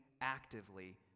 actively